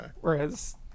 Whereas